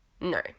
No